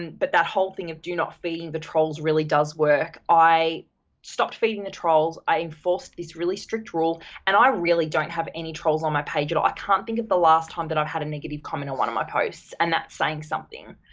and but that whole thing of do not feeding the trolls really does work. i stopped feeding the trolls, i enforced this really strict rule and i really don't have any trolls on my page at all. i can't think of the last time that i've had a negative comment on one of my posts and that is saying something.